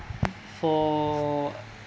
for